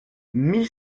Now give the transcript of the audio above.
mille